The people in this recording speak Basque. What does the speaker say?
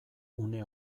une